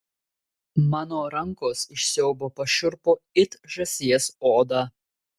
mano rankos iš siaubo pašiurpo it žąsies oda